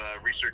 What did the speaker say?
research